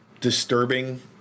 disturbing